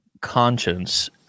conscience